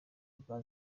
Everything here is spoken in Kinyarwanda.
bwa